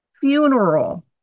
funeral